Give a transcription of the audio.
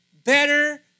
Better